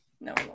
no